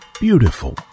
beautiful